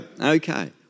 okay